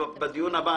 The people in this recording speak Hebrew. לדיון.